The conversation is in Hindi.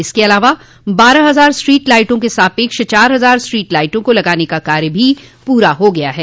इसके अलावा बारह हजार स्ट्रीट लाइटों के सापेक्ष चार हजार स्ट्रीट लाइटों को लगाने का कार्य भी पूरा हो गया है